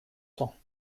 temps